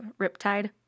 riptide